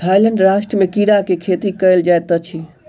Thailand राष्ट्र में कीड़ा के खेती कयल जाइत अछि